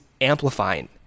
amplifying